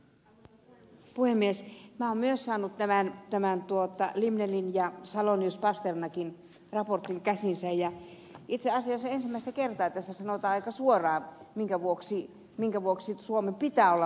minä olen myös saanut tämän limnellin ja salonius pasternakin raportin käsiini ja itse asiassa ensimmäistä kertaa tässä sanotaan aika suoraan minkä vuoksi suomen pitää olla mukana